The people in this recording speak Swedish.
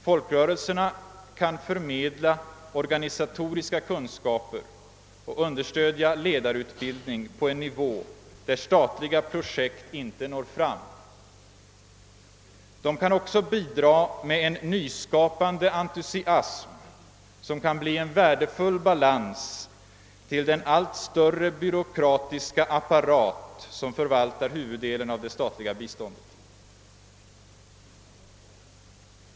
Folkrörelserna kan förmedla organisatoriska kunskaper och understödja ledarutbildning på en nivå där statliga projekt inte når fram. De kan också bidra med en nyskapande en tusiasm som kan bli en värdefull balans till den allt större byråkratiska apparat som förvaltar huvuddelen av det statliga biståndet.